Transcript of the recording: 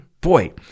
Boy